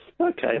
Okay